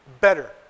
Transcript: better